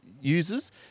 users